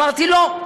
אמרתי: לא,